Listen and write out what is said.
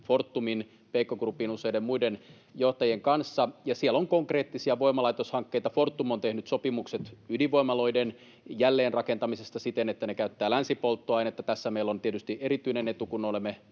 Fortumin, Peikko Groupin ja useiden muiden johtajien kanssa, ja siellä on konkreettisia voimalaitoshankkeita. Fortum on tehnyt sopimukset ydinvoimaloiden jälleenrakentamisesta siten, että ne käyttävät länsipolttoainetta. Tässä meillä on tietysti erityinen etu, kun olemme